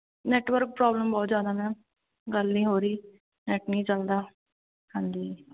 network problem ਬਹੁਤ ਜ਼ਿਆਦਾ ma'am ਗੱਲ ਨਹੀਂ ਹੋ ਰਹੀ ਨੈੱਟ ਨਹੀਂ ਚਲਦਾ ਹਾਂਜੀ